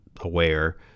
aware